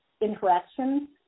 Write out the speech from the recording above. interactions